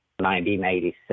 1987